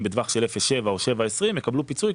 בטווח של אפס עד שבעה או שבעה עד 20 יקבלו פיצוי,